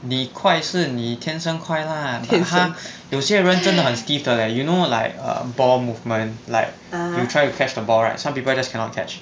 你快是你天生快 lah but 他有些人整的很 stiff 的 leh you know like err ball movement like you try to catch the ball right some people just cannot catch